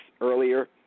earlier